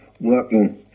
working